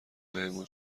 بهمون